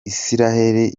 isiraheli